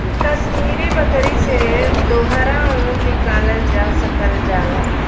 कसमीरी बकरी से दोहरा ऊन निकालल जा सकल जाला